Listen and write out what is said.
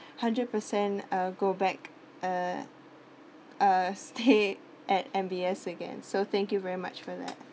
hundred percent uh go back uh uh stay at M_B_S again so thank you very much for that